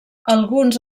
alguns